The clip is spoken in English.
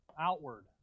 Outward